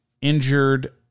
injured